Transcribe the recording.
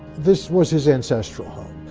this was his ancestral